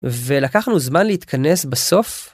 ולקח לנו זמן להתכנס בסוף.